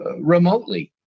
remotely